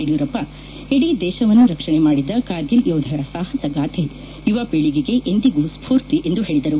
ಯುಡಿಯೂರಪ್ಪ ಇಡೀ ದೇಶವನ್ನು ರಕ್ಷಣೆ ಮಾಡಿದ ಕಾರ್ಗಿಲ್ ಯೋಧರ ಸಾಹಸಗಾಥೆ ಯುವ ಪೀಳಿಗೆಗೆ ಎಂದಿಗೂ ಸ್ಪೂರ್ತಿ ಎಂದು ಹೇಳಿದರು